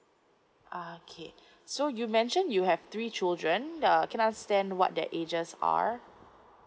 okay so you mentioned you have three children uh can I ask then what the ages are